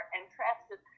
interested